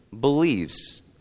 believes